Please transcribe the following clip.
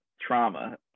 trauma